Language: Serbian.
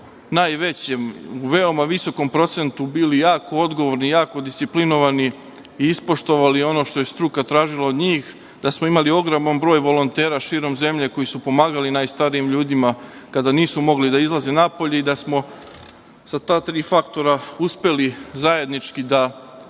najvećem, u veoma visokom procentu, bili jako odgovorni, jako disciplinovani i ispoštovali ono što je struka tražila od njih, da smo imali ogroman broj volontera širom zemlje koji su pomagali najstarijim ljudima kada nisu mogli da izlaze napolje i da smo sa ta tri faktora uspeli zajednički da,